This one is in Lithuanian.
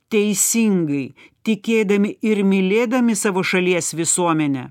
teisingai tikėdami ir mylėdami savo šalies visuomenę